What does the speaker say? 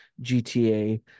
gta